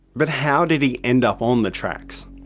but how did he end up on the tracks?